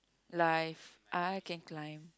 life I can climb